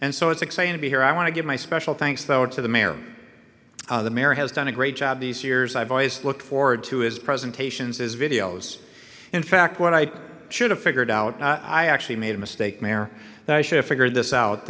and so it's exciting to be here i want to give my special thanks though to the mayor the mayor has done a great job these years i've always looked forward to his presentations his videos in fact what i should have figured out i actually made a mistake mayor figured this out